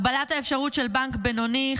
הגבלת האפשרות של בנק בינוני,